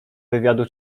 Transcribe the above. wywiadu